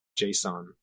json